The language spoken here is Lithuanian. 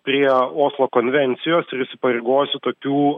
prie oslo konvencijos ir įsipareigojusi tokių